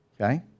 Okay